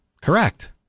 Correct